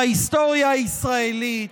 בהיסטוריה הישראלית.